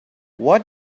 what